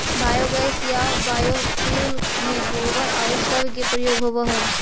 biogas या biofuel में गोबर आउ सब के प्रयोग होवऽ हई